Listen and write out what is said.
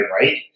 Right